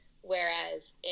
Whereas